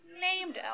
named